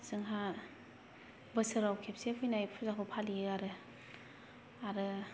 जोंहा बोसोराव खेबसे फैनाय फुजाखौ फालियो आरो आरो